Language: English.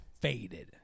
faded